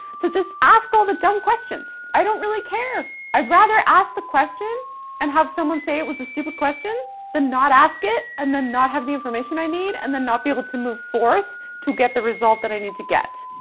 so just ask all the dumb questions. i don't really care. i'd rather ask the question and have someone say it was a stupid question than not ask it and then not have the information i need and then not be able to move forth to get the result that i need to get.